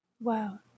Wow